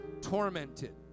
tormented